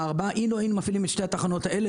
4. אילו היינו מפעילים את שתי התחנות האלה,